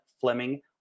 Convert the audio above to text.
Fleming